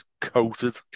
coated